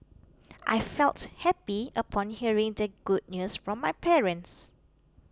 I felt happy upon hearing the good news from my parents